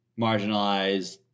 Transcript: marginalized